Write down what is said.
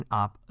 up